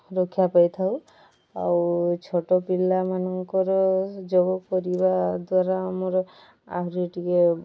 ରକ୍ଷା ପାଇଥାଉ ଆଉ ଛୋଟ ପିଲାମାନଙ୍କର ଯୋଗ କରିବା ଦ୍ୱାରା ଆମର ଆହୁରି ଟିକିଏ